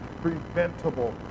preventable